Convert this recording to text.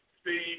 Steve